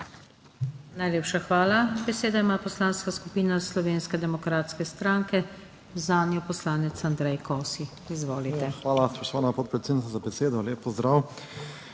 Najlepša hvala. Besedo ima Poslanska skupina Slovenske demokratske stranke, zanjo poslanec Andrej Kosi. Izvolite. ANDREJ KOSI (PS SDS): Hvala, spoštovana podpredsednica, za besedo. Lep pozdrav!